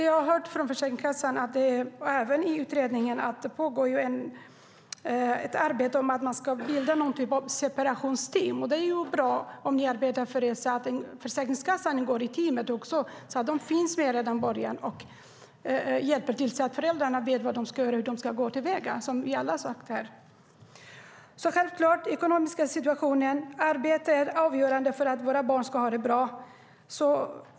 Jag har hört från Försäkringskassan och även från utredningen att det pågår ett arbete med att man ska bilda någon typ av separationsteam. Det är bra om ni arbetar för det, så att Försäkringskassan också ingår i teamet och finns med från början och hjälper till så att föräldrarna vet hur de ska gå till väga. Den ekonomiska situationen och arbete är självklart avgörande för att våra barn ska ha det bra.